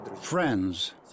Friends